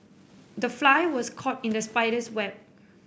the fly was caught in the spider's web